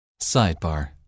Sidebar